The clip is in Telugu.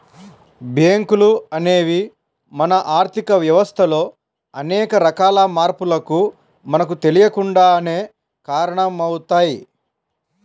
బ్యేంకులు అనేవి మన ఆర్ధిక వ్యవస్థలో అనేక రకాల మార్పులకు మనకు తెలియకుండానే కారణమవుతయ్